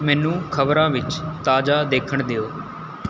ਮੈਨੂੰ ਖਬਰਾਂ ਵਿੱਚ ਤਾਜ਼ਾ ਦੇਖਣ ਦਿਓ